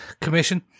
commission